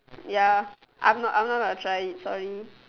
ya I'm not gonna try it sorry